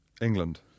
England